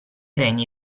regni